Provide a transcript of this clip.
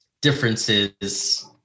differences